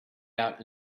out